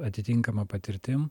atitinkama patirtim